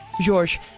George